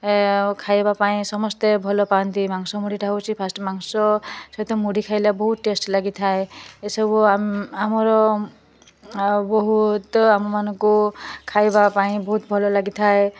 ଖାଇବା ପାଇଁ ସମସ୍ତେ ଭଲ ପାଆନ୍ତି ମାଂସ ମୁଢ଼ିଟା ହେଉଛି ଫାଷ୍ଟ ମାଂସ ସହିତ ମୁଢ଼ି ଖାଇଲେ ବହୁତ ଟେଷ୍ଟ ଲାଗିଥାଏ ଏ ସବୁ ଆମର ଆଉ ବହୁତ ଆମ ମାନଙ୍କୁ ଖାଇବା ପାଇଁ ବହୁତ ଭଲ ଲାଗିଥାଏ